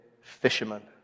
fisherman